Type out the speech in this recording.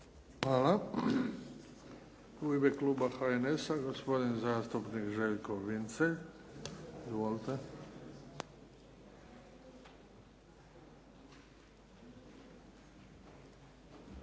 Hvala. U ime kluba HNS-a gospodin zastupnik Željko Vincelj. Izvolite.